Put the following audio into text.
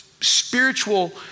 spiritual